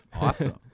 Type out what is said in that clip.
Awesome